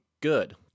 good